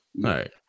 right